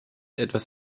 etwas